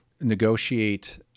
negotiate